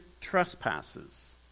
trespasses